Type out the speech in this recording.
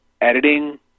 editing